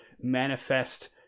manifest